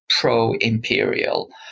pro-imperial